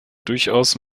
durchaus